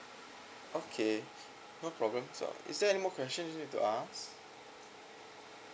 okay no problem so is there any more question you need to ask